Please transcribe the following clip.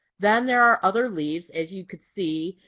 then there are other leaves, as you could see,